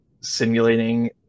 simulating